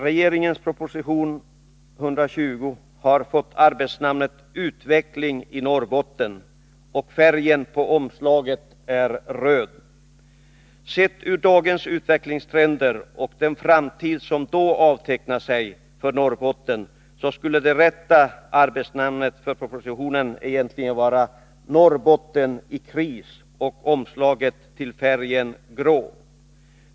Regeringens proposition 120 har fått arbetsnamnet ”Utveck ling i Norrbotten”, och färgen på omslaget är röd. Om man ser på dagens utvecklingstrender och den framtid som avtecknar sig för Norrbotten, borde det rätta arbetsnamnet på propositionen vara ”Norrbotten i kris” och färgen på omslaget grå.